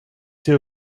two